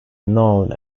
known